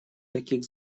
таких